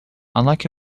unlike